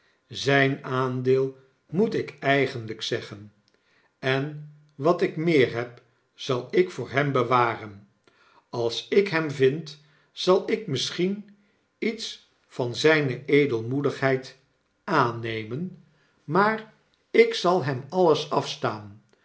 zijn aandeel moet ik eigenlp zeggen en wat ik meer heb zal ik voor hem bewaren als ik hem vind zal ik misschien iets van zgne edelmoedigheid aannemen maar ik zal hem alles afstaan